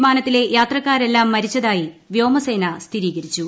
വിമാനത്തിലെ യാത്രക്കാരെല്ലാം മരിച്ചതായി വ്യോമസേന സ്ഥിരീകരിച്ചു